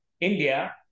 India